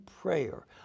prayer